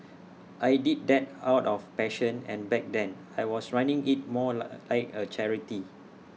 I did that out of passion and back then I was running IT more like A charity